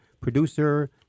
producer